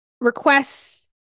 requests